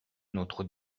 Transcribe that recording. notre